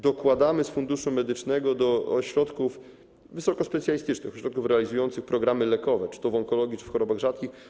Dokładamy z Funduszu Medycznego do ośrodków wysokospecjalistycznych, ośrodków realizujących programy lekowe czy to w onkologii, czy w chorobach rzadkich.